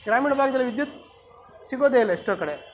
ಗ್ರಾಮೀಣ ಭಾಗದಲ್ಲಿ ವಿದ್ಯುತ್ ಸಿಗೋದೇ ಇಲ್ಲ ಎಷ್ಟೋ ಕಡೆ